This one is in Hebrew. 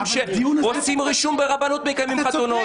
שעושים רישום ברבנות מקיימים חתונות.